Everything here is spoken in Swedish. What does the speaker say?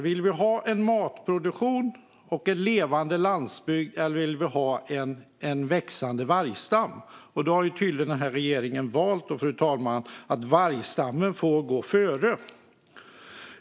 Vill vi ha en matproduktion och en levande landsbygd, eller vill vi ha en växande vargstam? Den här regeringen har tydligen, fru talman, valt att låta vargstammen gå före.